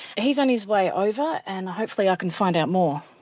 he's on his way over and hopefully i can find out more.